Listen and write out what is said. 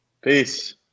Peace